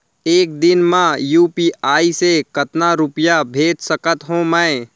एक दिन म यू.पी.आई से कतना रुपिया भेज सकत हो मैं?